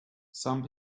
some